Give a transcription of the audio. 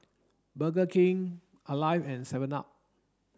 Burger King Alive and seven up